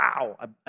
wow